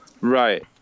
right